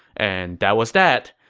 and that was that.